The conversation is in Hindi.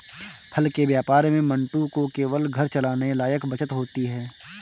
फल के व्यापार में मंटू को केवल घर चलाने लायक बचत होती है